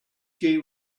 gate